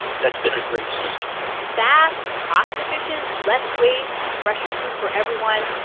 that's been a great system fast, cost-efficient, less waste, fresher food for everyone.